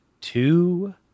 two